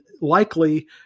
likely